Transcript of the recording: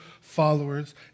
followers